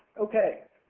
okay.